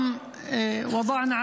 אתה אחרון הדוברים, ונעבור להצבעה.